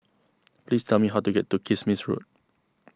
please tell me how to get to Kismis Road